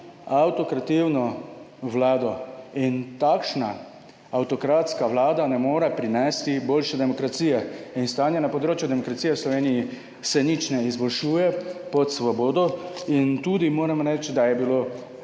avtokrativno(?) Vlado. In takšna avtokratska vlada ne more prinesti boljše demokracije in stanje na področju demokracije v Sloveniji se nič ne izboljšuje pod Svobodo. In tudi moram reči, da je bilo